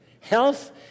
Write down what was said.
health